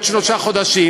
עוד שלושה חודשים.